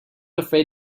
afraid